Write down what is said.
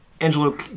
Angelo